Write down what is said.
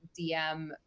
DM